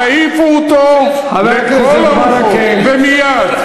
יעיפו אותו לכל הרוחות, ומייד.